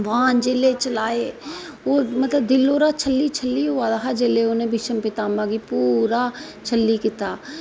बाण जिसले चलाये ओर मतलब दिल शलनी शलनी होआ दा जिसले उंहे भिषम पितामह् गी पूरा शलनी कीता